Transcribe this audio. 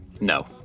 no